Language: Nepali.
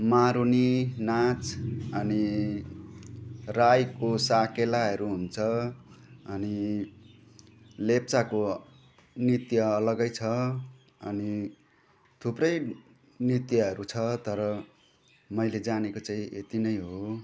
मारुनी नाच अनि राईको साकेलाहरू हुन्छ अनि लेप्चाको नृत्य अलग्गै छ अनि थुप्रै नृत्यहरू छ तर मैले जानेको चाहिँ यति नै हो